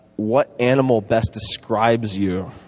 what animal best describes you.